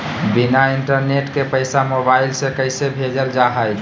बिना इंटरनेट के पैसा मोबाइल से कैसे भेजल जा है?